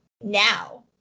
now